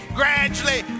gradually